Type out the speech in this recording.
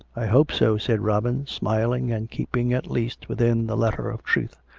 i hope so, said robin, smiling, and keeping at least within the letter of truth.